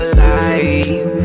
life